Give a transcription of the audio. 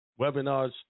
webinars